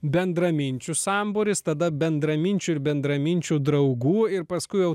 bendraminčių sambūris tada bendraminčių ir bendraminčių draugų ir paskui jau